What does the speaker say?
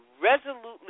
resolutely